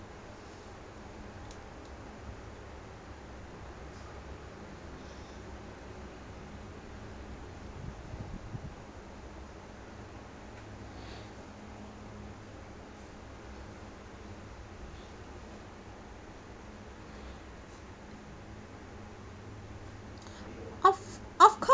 of of co~